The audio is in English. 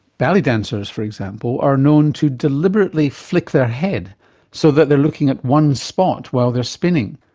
ballet dancers for example are known to deliberately flick their head so that they're looking at one spot while they're spinning.